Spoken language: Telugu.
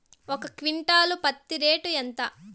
ఒక క్వింటాలు పత్తి రేటు ఎంత?